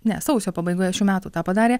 ne sausio pabaigoje šių metų tą padarė